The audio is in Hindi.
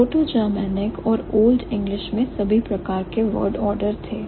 Proto Germanic और Old English मैं सभी प्रकार के word order थे